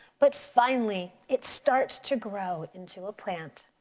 but finally it starts to grow into a plant.